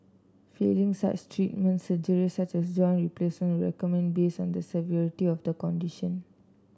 failing such treatment surgery such as joint will recommended based on the severity of condition